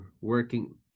working